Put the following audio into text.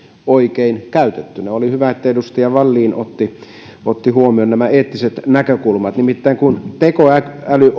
oikein käytettynä oli hyvä että edustaja wallin otti otti huomioon nämä eettiset näkökulmat nimittäin kun tekoäly